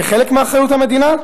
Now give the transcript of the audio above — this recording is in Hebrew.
כחלק מאחריות המדינה,